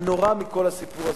הנורא מכול בסיפור הזה,